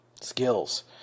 skills